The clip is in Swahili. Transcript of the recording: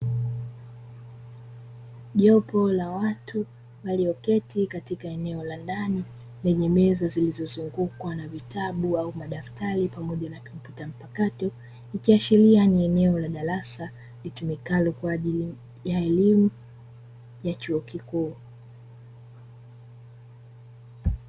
Jopo la watu walioketi katika eneo la ndani lenye meza zilizozungukwa na vitabu au madaftari pamoja na kompyuta mpakato, ikiashiria ni neo la darasa litumikalo kwa ajili ya elimu ya chuo kikuu.